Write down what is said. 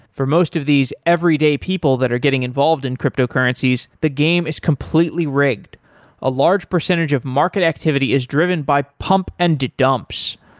for most of these everyday people that are getting involved in cryptocurrencies, the game is completely rigged a large percentage of market activity is driven by pump and the dumps.